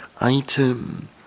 item